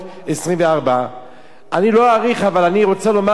אבל אני רוצה לומר בדברי ההסבר,